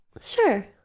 Sure